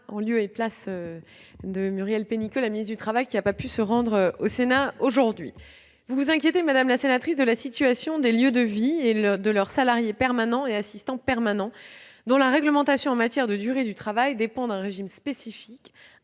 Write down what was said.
en lieu et place de Muriel Pénicaud, ministre du travail, qui n'a pas pu se présenter devant le Sénat ce matin. Vous vous inquiétez de la situation des lieux de vie et de leurs salariés permanents et assistants permanents, dont la réglementation en matière de durée du travail dépend d'un régime spécifique,